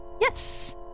Yes